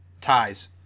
Ties